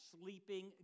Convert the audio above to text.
sleeping